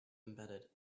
embedded